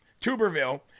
Tuberville